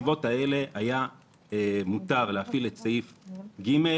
האם בנסיבות האלה היה מותר להפעיל את סעיף ג(3)?